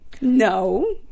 no